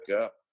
up